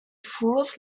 fourth